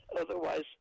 Otherwise